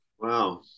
Wow